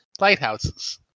lighthouses